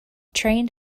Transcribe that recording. trained